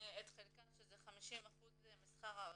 את חלקה, שזה 50% משכר הרכז,